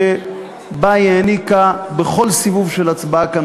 שבה היא העניקה בכל סיבוב של הצבעה כאן